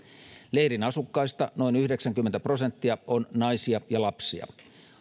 leirin asukkaista noin yhdeksänkymmentä prosenttia on naisia ja lapsia